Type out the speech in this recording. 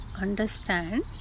understand